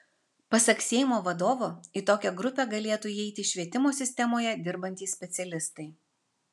pasak seimo vadovo į tokią grupę galėtų įeiti švietimo sistemoje dirbantys specialistai